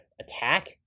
attack